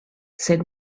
said